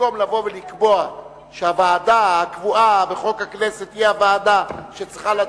במקום לבוא ולקבוע שהוועדה הקבועה בחוק הכנסת היא הוועדה שצריכה לדון,